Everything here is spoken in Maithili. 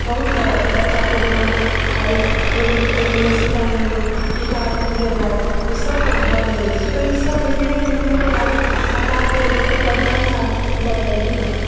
बहुत तरह के बच्चा के जेना की अभी प्रेगनेंसी टाइममे टीका लेनाइ ओहिसब पर ध्यान दै छथि तऽ एहिसे भेलैया की मतलब की आब सरकार जे जतेक अभियान चालू लगेलखिन हँ